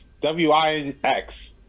W-I-X